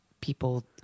people